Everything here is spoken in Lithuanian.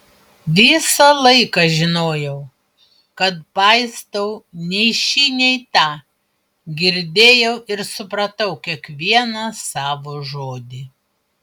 visą laiką žinojau kad paistau nei šį nei tą girdėjau ir supratau kiekvieną savo žodį